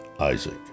Isaac